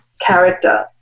character